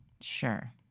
Sure